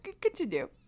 continue